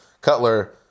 Cutler